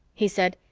he said,